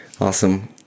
awesome